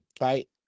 right